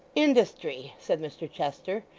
industry, said mr chester,